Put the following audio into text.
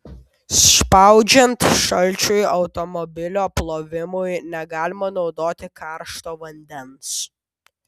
spaudžiant šalčiui automobilio plovimui negalima naudoti karšto vandens